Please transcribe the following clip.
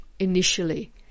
initially